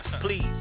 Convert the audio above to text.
please